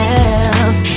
else